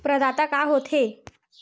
प्रदाता का हो थे?